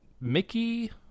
Mickey